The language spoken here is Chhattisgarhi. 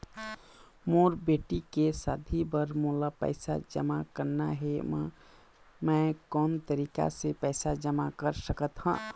मोर बेटी के शादी बर मोला पैसा जमा करना हे, म मैं कोन तरीका से पैसा जमा कर सकत ह?